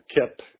Kip